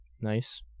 Nice